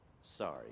Sorry